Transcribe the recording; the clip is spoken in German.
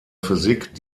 physik